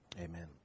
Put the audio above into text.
Amen